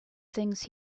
things